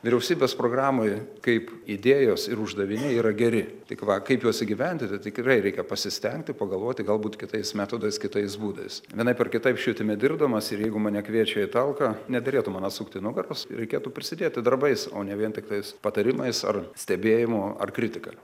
vyriausybės programoj kaip idėjos ir uždaviniai yra geri tik va kaip juos įgyvendinti tikrai reikia pasistengti pagalvoti galbūt kitais metodais kitais būdais vienaip ar kitaip švietime dirbdamas ir jeigu mane kviečia į talką nederėtų man atsukti nugaros ir reikėtų prisidėti darbais o ne vien tiktais patarimais ar stebėjimu ar kritika